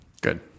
Good